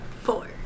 Four